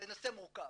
זה נושא מורכב.